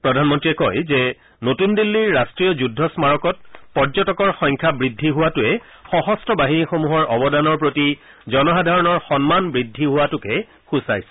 প্ৰধানমন্ত্ৰীয়ে কয় যে নতুন দিল্লীৰ ৰাট্টীয় যুদ্ধ স্মাৰকত পৰ্যটকৰ সংখ্যা বৃদ্ধি হোৱাটোৰে সশস্ত্ৰ বাহিনীসমূহৰ অৱদানৰ প্ৰতি জনসাধাৰণৰ সন্মান বৃদ্ধি হোৱাটোকে সূচাইছে